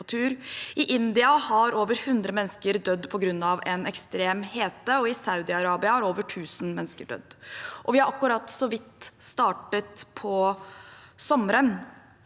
I India har over 100 mennesker dødd på grunn av en ekstrem hete, i SaudiArabia har over 1 000 mennesker dødd, og vi har akkurat så vidt startet på sommeren.